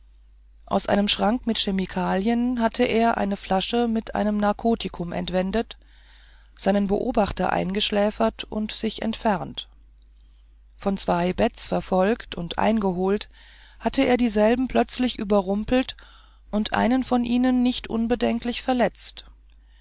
aus einem schrank mit chemikalien hatte er eine flasche mit einem narkotikum entwendet seinen beobachter eingeschläfert und sich entfernt von zwei beds verfolgt und eingeholt hatte er dieselben plötzlich überrumpelt und einen von ihnen nicht unbedenklich verletzt